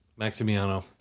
Maximiano